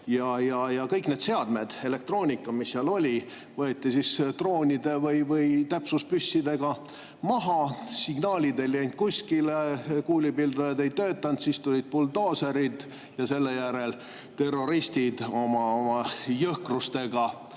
Kõik need seadmed, elektroonika, mis seal oli, võeti droonide või täpsuspüssidega maha, signaalid ei läinud kuskile, kuulipildujad ei töötanud, siis tulid buldooserid ja seejärel terroristid oma jõhkrustega.